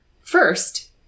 first